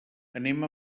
anem